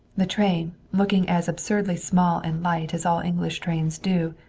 the train, looking as absurdly small and light as all english trains do,